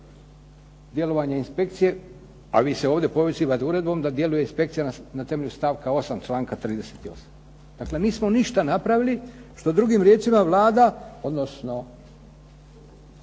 djelovanje inspekcije, a vi se ovdje povisivate uredbom da djeluje inspekcija na temelju stavka 8. članka 38. Dakle, nismo ništa napravili što drugim riječima Vlada odnosno